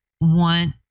want